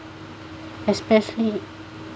especially